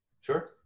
Sure